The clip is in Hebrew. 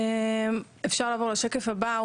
אפשר לעבור לשקף הבא.